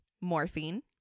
Morphine